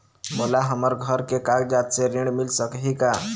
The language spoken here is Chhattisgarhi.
मोला हमर घर के कागजात से ऋण मिल सकही का?